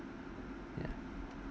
ya